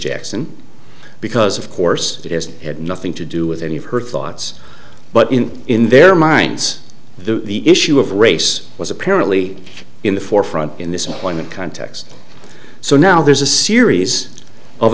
jackson because of course it has had nothing to do with any of her thoughts but in in their minds though the issue of race was apparently in the forefront in this employment context so now there's a series of